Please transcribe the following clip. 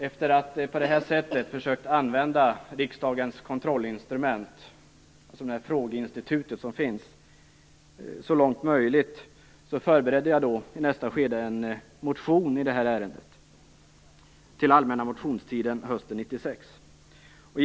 Efter att på det här sättet ha försökt använda riksdagens kontrollinstrument, dvs. det frågeinstitut som finns, så långt möjligt, förberedde jag i nästa skede en motion i det här ärendet till allmänna motionstiden hösten 1996.